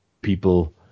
people